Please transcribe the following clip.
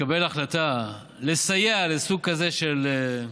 ותתקבל החלטה לסייע לסוג כזה של,